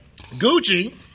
Gucci